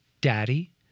Daddy